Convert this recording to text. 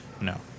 No